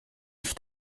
ich